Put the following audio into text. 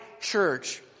church